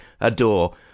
adore